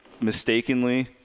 mistakenly –